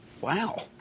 Wow